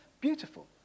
beautiful